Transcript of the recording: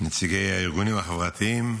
נציגי הארגונים החברתיים,